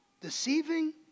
deceiving